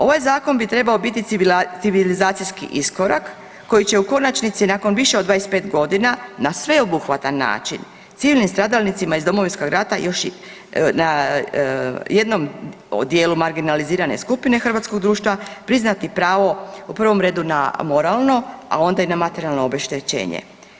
Ovaj zakon bi trebao biti civilizacijski iskorak koji će u konačnici nakon više od 25 godina na sveobuhvatan način civilnim stradalnicima iz Domovinskog rata još i na jednom dijelu marginalizirane skupine hrvatskog društva priznati pravo u prvom redu na moralno, a onda i na materijalno obeštećenje.